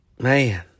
Man